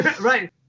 right